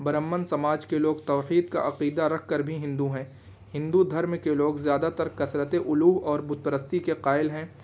برہمن سماج کے لوگ توحید کا عقیدہ رکھ کر بھی ہندو ہیں ہندو دھرم كے لوگ زیادہ تر كثرت اُلوہ اور بت پرستی كے قائل ہیں